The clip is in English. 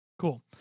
Cool